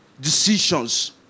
decisions